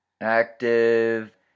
Active